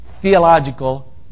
theological